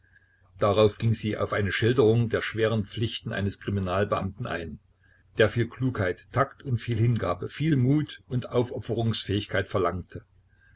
darauf ging sie auf eine schilderung der schweren pflichten eines kriminalbeamten ein der viel klugheit takt und viel hingabe viel mut und aufopferungsfähigkeit verlangte